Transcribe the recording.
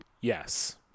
yes